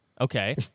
Okay